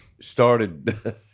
started